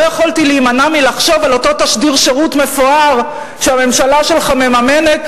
לא יכולתי להימנע מלחשוב על אותו תשדיר שירות מפואר שהממשלה שלך מממנת,